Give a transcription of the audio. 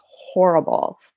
horrible